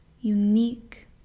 unique